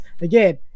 again